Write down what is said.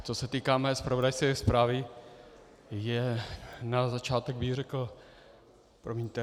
Co se týká mé zpravodajské zprávy, na začátek bych řekl... promiňte...